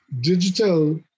digital